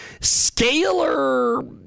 scalar